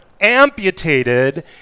amputated